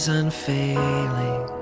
unfailing